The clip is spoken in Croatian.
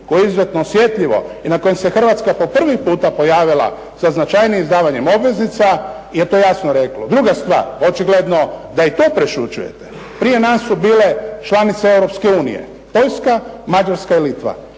koje je izuzetno osjetljivo i na kojem se Hrvatska po prvi puta pojavila sa značajnijim izdavanje obveznica je to jasno reklo. Očigledno da i to prešućujete. Prije nas su bile članice Europske unije Poljska, Mađarska i Litva.